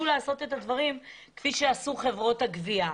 לעשות את הדברים האלה כפי שעשו בחברות הגבייה.